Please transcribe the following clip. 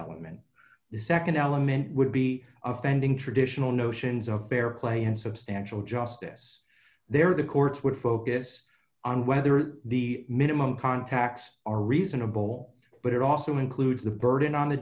element the nd element would be offending traditional notions of fair play and substantial justice there the courts would focus on whether the minimum contacts are reasonable but it also includes the burden on the